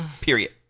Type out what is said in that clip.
Period